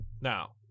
Now